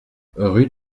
rue